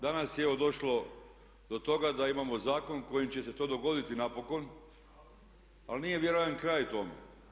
Danas je evo došlo do toga da imamo zakon kojim će se to dogoditi napokon, ali nije vjerujem kraj tome.